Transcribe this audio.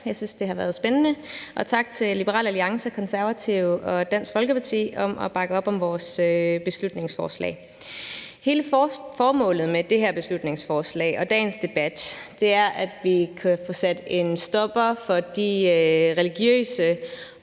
Jeg synes, det har været spændende. Og tak til Liberal Alliance, Konservative og Dansk Folkeparti for at bakke op om vores beslutningsforslag. Hele formålet med det her beslutningsforslag og dagens debat er, at vi kan få sat en stopper for de religiøse